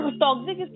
toxic